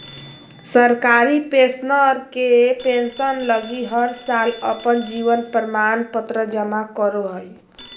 सरकारी पेंशनर के पेंसन लगी हर साल अपन जीवन प्रमाण पत्र जमा करो हइ